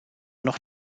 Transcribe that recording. noch